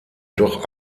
doch